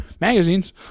magazines